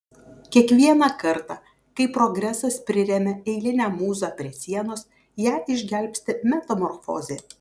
kiekvieną kartą kai progresas priremia eilinę mūzą prie sienos ją išgelbsti metamorfozė